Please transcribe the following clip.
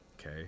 Okay